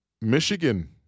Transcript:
Michigan